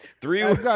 Three